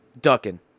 Ducking